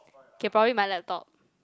K probably my laptop